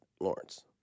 Lawrence